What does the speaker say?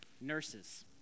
nurses